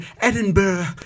Edinburgh